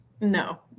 No